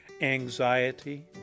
anxiety